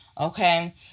okay